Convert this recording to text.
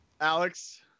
Alex